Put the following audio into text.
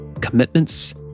commitments